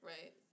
Right